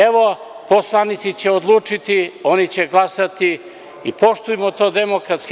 Evo, poslanici će odlučiti, oni će glasati i poštujmo to demokratski.